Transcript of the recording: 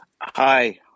Hi